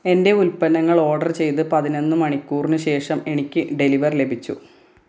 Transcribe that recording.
എന്റെ ഉൽപ്പന്നങ്ങൾ ഓർഡർ ചെയ്ത് പതിനൊന്ന് മണിക്കൂറിന് ശേഷം എനിക്ക് ഡെലിവർ ലഭിച്ചു